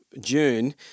June